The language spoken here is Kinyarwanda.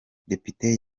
depite